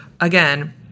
again